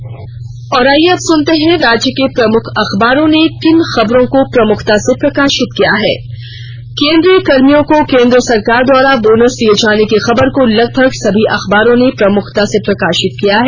अब अखबारों की सुर्खियां और आईये अब सुनते हैं राज्य के प्रमुख अखबारों ने किन खबरों को प्रमुखता से प्रकाशित किया है केंद्रीय कर्मियों को केंद्र सरकार द्वारा बोनस दिए जाने की खबर को लगभग सभी अखबारों ने प्रमुखता से प्रकाशित किया है